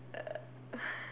uh